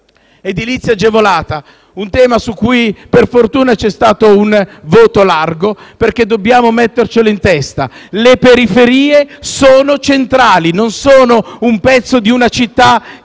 L'edilizia agevolata è un tema su cui, per fortuna, c'è stato un voto ampio, perché dobbiamo metterci in testa che le periferie sono centrali, non sono un pezzo di città